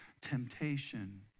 temptation